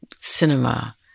cinema